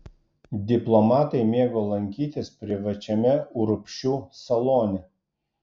diplomatai mėgo lankytis privačiame urbšių salone